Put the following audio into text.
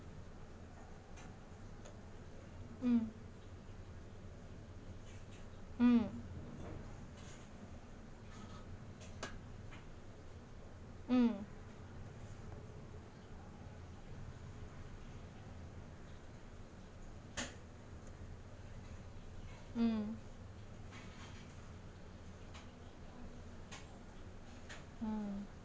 mm mm um um mm